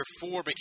four